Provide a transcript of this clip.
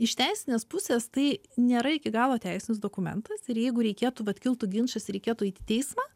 iš teisinės pusės tai nėra iki galo teisinis dokumentas ir jeigu reikėtų vat kiltų ginčas ir reikėtų eit į teismą